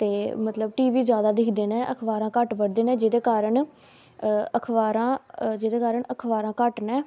ते मतलब T V जादा दिक्खदे न अखबारां घट्ट पढ़दे न जेह्दे कारण अखबारां जेह्दे कारण अखबारां घट्ट न